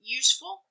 useful